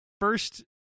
first